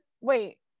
Wait